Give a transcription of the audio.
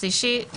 התיקון השלישי הוא